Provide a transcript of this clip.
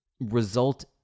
result